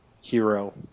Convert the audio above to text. hero